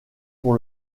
pour